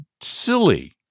silly